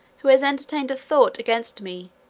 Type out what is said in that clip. who has entertained a thought against me,